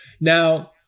Now